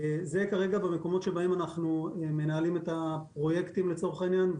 זה כרגע במקומות שאנחנו מנהלים את הפרויקטים לצורך העניין,